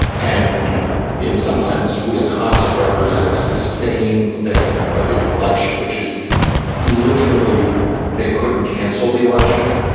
and in some sense, wisconsin represents the same thing. but in an election, which is literally they couldn't cancel the election.